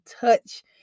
touch